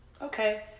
okay